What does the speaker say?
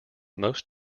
most